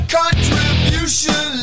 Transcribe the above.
contribution